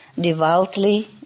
devoutly